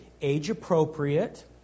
age-appropriate